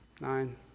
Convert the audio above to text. Nine